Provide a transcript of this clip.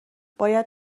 باید